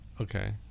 Okay